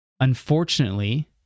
Unfortunately